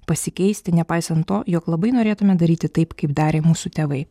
pasikeisti nepaisant to jog labai norėtume daryti taip kaip darė mūsų tėvai